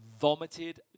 vomited